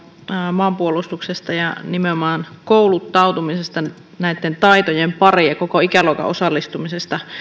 maanpuolustuksesta ja nimenomaan kouluttautumisesta näitten taitojen pariin ja koko ikäluokan osallistumisesta